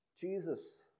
Jesus